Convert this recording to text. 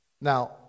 now